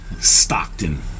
stockton